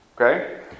Okay